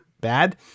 bad